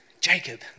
Jacob